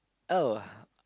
oh